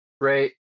great